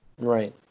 right